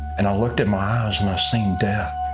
and i looked at my eyes and i seen death.